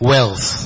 Wealth